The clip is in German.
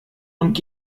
und